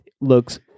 looks